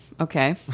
Okay